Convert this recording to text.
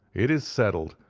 it is settled,